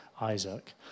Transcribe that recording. Isaac